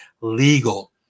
legal